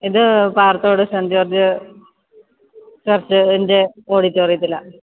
ഇത് Parathode Saint George ചർച്ചിൻ്റെ ഓഡിറ്റോറിയത്തിലാണ്